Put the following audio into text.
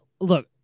Look